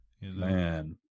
Man